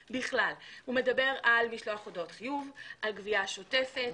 הוא מדבר על משלוח הודעות חיוב, על גבייה שוטפת.